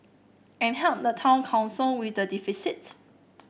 and help the town council with the deficit